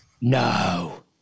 No